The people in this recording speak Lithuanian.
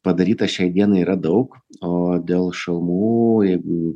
padaryta šiai dienai yra daug o dėl šalmų jeigu